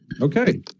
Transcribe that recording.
okay